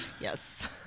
Yes